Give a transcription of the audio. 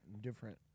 Different